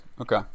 Okay